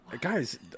guys